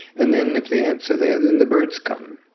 and then if the ants are there then the birds come.